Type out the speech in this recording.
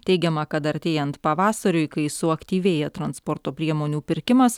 teigiama kad artėjant pavasariui kai suaktyvėja transporto priemonių pirkimas